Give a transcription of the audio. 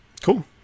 Cool